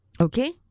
Okay